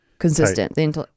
Consistent